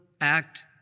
act